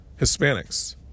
Hispanics